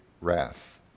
wrath